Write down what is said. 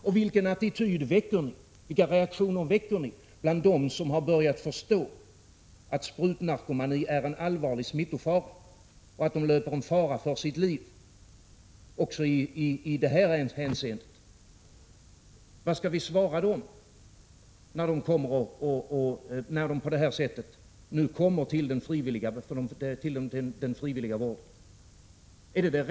Och vilka reaktioner väcker ni bland dem som har börjat förstå att sprutnarkomani är en allvarlig smittorisk och att de löper fara för sitt liv också idet här hänseendet? Vad skall vi svara dem när de på det här sättet kommer till den frivilliga vården?